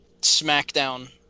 SmackDown